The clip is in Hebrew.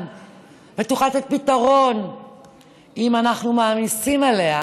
ותוכל לתת פתרון אם אנחנו מעמיסים עליה